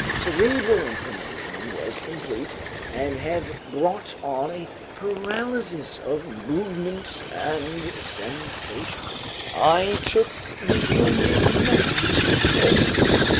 cerebral inflammation was complete and had brought on a paralysis of movement and sensation. i took the wounded man's pulse.